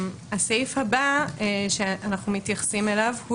הסעיף הבא שאנחנו מתייחסים אליו הוא